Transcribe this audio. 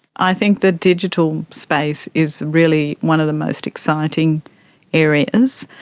i think the digital space is really one of the most exciting areas.